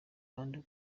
kandi